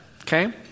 Okay